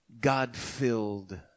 God-filled